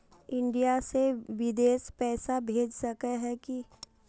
India से बिदेश पैसा भेज सके है की?